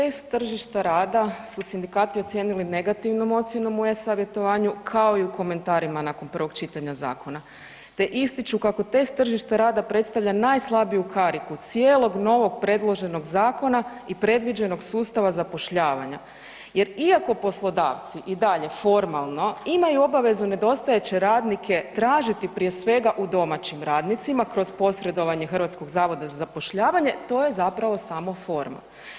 Ovako, znači test tržišta rada su sindikati ocijenili negativnom ocjenom u e-savjetovanju kao i u komentarima nakon prvog čitanja zakona te ističu kako test tržišta rada predstavlja najslabiju kariku cijelog novog predloženog zakona i predviđenog sustava zapošljavanja jer iako poslodavci i dalje formalno imaju obavezu nedostajaće radnike tražiti prije svega u domaćim radnicima kroz posredovanje HZZ-a to je zapravo samo forma.